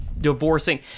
divorcing